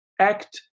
act